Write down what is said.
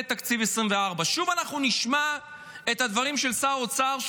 תקציב 2024. שוב נשמע את הדברים של שר אוצר,